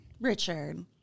Richard